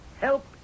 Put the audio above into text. Help